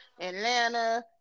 Atlanta